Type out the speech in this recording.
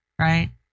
right